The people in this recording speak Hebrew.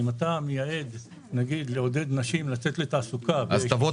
אם אתה מייעד נגיד לעודד נשים לצאת לתעסוקה --- אז תבוא,